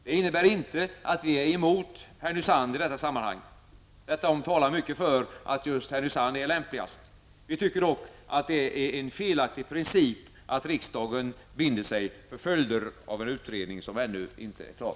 Det innebär inte att vi är emot Härnösand i detta sammanhang. Tvärtom talar mycket för att just Härnösand är lämpligast. Vi tycker dock att det är en felaktig princip att riksdagen binder sig för följder av en utredninge som ännu inte är klar.